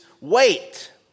Wait